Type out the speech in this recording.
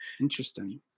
Interesting